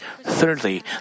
thirdly